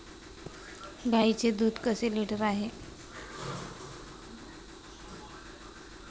गाईचे दूध कसे लिटर आहे?